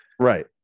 Right